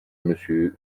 monsieur